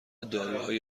داروهایی